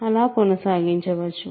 అలా కొనసాగించవచ్చు